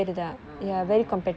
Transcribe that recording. oh